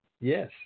Yes